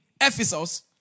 Ephesus